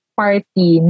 party